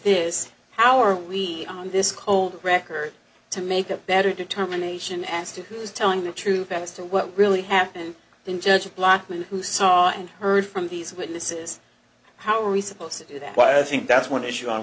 this how are we on this cold record to make a better determination as to who's telling the truth as to what really happened than judge a black man who saw and heard from these witnesses how are we supposed to do that why i think that's one issue on